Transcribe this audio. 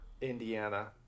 Indiana